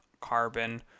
carbon